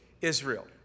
Israel